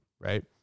right